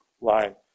line